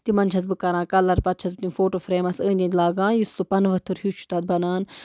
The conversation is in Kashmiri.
تِمَن چھَس بہٕ کران کَلَر پَتہٕ چھَس بہٕ تِم فوٹو فرٛیمَس أنٛدۍ أنٛدۍ لاگان یُس سُہ پَنہٕ ؤتھٕر ہیوٗ چھِ تَتھ بنان